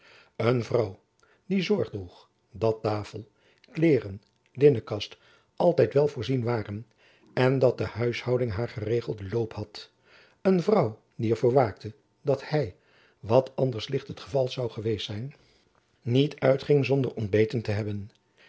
een vrouw die zorge droeg dat tafel kleêren linnenkast altijd wel voorzien waren en dat de huishouding haar geregelden loop had een vrouw die er voor waakte dat hy wat anders licht het geval zoû geweest zijn niet uitging zonder ontbeten te hebben